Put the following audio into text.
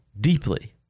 deeply